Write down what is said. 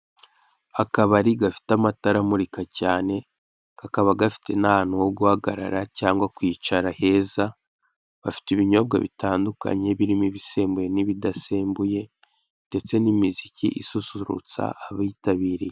Akabari gafite amatara amurika cyane kakaba gafite n'ahantu ho guhagarara cyangwa kwicara heza, bafite ibinyobwa bitandukanye birimo ibisembuye n'ibidasembuye, ndetse n'imiziki isusurutsa abitabiriye.